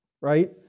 right